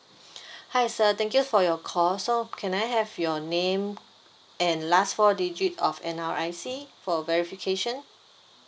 hi sir thank you for your call so can I have your name and last four digit of N_R_I_C for verification